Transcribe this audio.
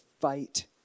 fight